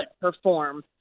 perform